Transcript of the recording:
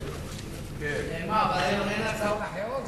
אבל אין הצעות אחרות?